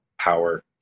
power